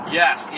yes